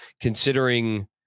considering